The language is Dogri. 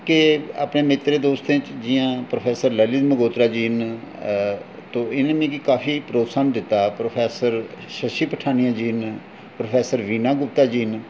के अपने मित्तरें दोस्तें च जि'यां प्रोफेसर ललित मगोत्रा जी न इ'नें मिगी काफी प्रोतोसाहन दित्ता प्रोफेसर शशि पठानिया जी न प्रोफेसर वीणा गुप्ता जी न